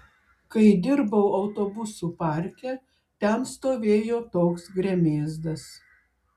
kai dirbau autobusų parke ten stovėjo toks gremėzdas